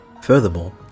Furthermore